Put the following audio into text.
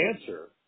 answer